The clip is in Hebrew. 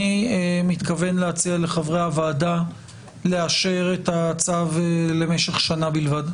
אני מתכוון להציע לחברי הוועדה לאשר את הצו למשך שנה בלבד.